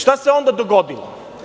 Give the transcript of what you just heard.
Šta se onda dogodilo?